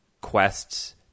quests